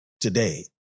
today